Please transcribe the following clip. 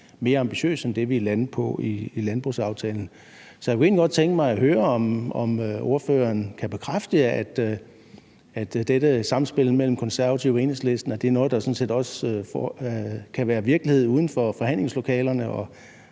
mere ambitiøst end det, vi er landet på i landbrugsaftalen. Så jeg kunne egentlig godt tænke mig høre, om ordføreren kan bekræfte, at dette samspil mellem Konservative og Enhedslisten er noget, der sådan set også kan være virkelighed uden for forhandlingslokalerne,